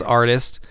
artist